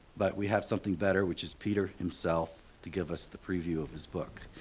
but we have something better which is peter himself to give us the preview of his book.